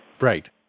Right